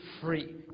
free